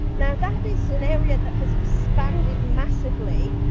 now, that is an area that has expanded massively,